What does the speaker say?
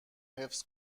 حفظ